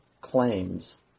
claims